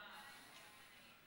עובדים על ידי קבלני כוח אדם (תיקון,